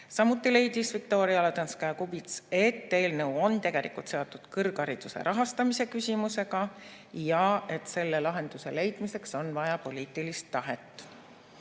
Samuti leidis Viktoria Ladõnskaja-Kubits, et eelnõu on tegelikult seotud kõrghariduse rahastamise küsimusega ja selle lahenduse leidmiseks on vaja poliitilist tahet.